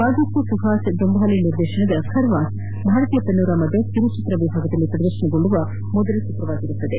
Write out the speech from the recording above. ಆದಿತ್ಯ ಸುಹಾಸ್ ಜಂಭಾಲೆ ನಿರ್ದೇತನದ ಖವಾಣ್ ಭಾರತೀಯ ಪನೋರಮಾದ ಕಿರುಚಿತ್ರ ವಿಭಾಗದಲ್ಲಿ ಪ್ರದರ್ತನಗೊಳ್ಳುವ ಮೊದಲ ಚಿತ್ರವಾಗಲಿದೆ